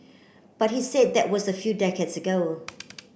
but he said that was a few decades ago